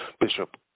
Bishop